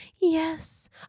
Yes